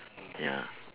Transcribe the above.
ya